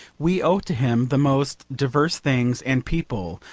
we owe to him the most diverse things and people.